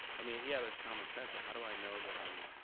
i mean, yeah, there's common sense, but how do i know that i'm,